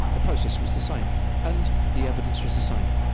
the process was the same and the evidence was the same.